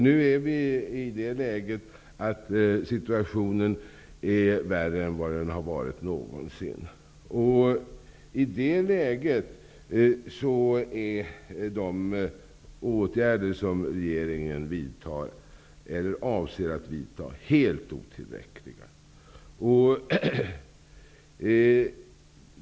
Nu befinner vi oss i det läget att situationen är värre än vad den någonsin har varit. I det läget är de åtgärder som regeringen vidtar eller avser att vidta helt otillräckliga.